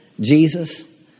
Jesus